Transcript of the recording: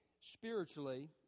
spiritually